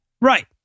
Right